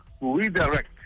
redirect